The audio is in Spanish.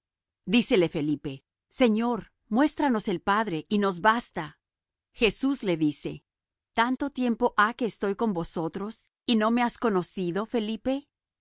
dícele felipe señor muéstranos el padre y nos basta jesús le dice tanto tiempo ha que estoy con vosotros y no me has conocido felipe